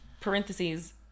parentheses